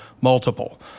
multiple